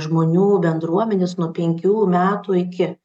žmonių bendruomenės nuo penkių metų iki